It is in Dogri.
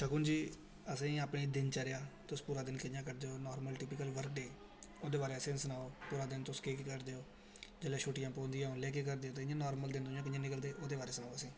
शगुन जी असें ई अपनी दिनचर्या तुस पूरा दिन कि'यां कड्ढदे ओ नॉर्मल टिपिकल वर्क डे ओह्दे बारे ई असें ई सनाओ पूरा दिन तुस केह् करदे ओ जेल्लै छुट्टियां पौंदियां ओल्लै केह् करदे इ'यां नॉर्मल दिन कि'यां निकलदे ओह्दे बारे च सनाओ असें ई